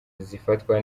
zifatwa